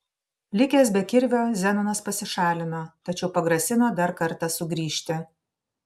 likęs be kirvio zenonas pasišalino tačiau pagrasino dar kartą sugrįžti